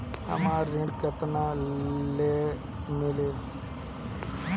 हमरा ऋण केतना ले मिली?